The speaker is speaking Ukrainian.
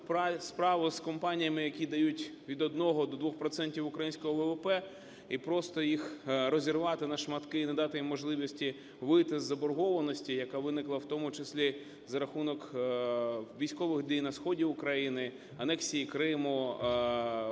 справу з компаніями, які дають від 1 до 2 процентів українського ВВП, і просто їх розірвати на шматки, і не дати їм можливості вийти з заборгованості, яка виникла в тому числі за рахунок військових на сході України, анексії Криму,